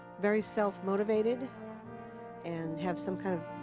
very self-motivated and have some kind of